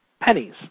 pennies